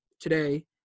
today